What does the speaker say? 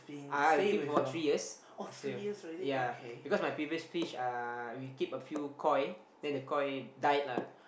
I keep for three years so yeah yeah because my previous fish uh we keep a few koi then the koi died lah